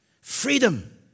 Freedom